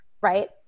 right